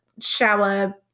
shower